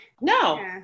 No